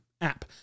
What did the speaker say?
app